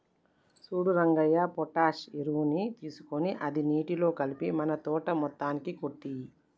సూడు రంగయ్య పొటాష్ ఎరువుని తీసుకొని అది నీటిలో కలిపి మన తోట మొత్తానికి కొట్టేయి